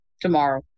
tomorrow